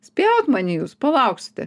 spjaut man į jus palauksite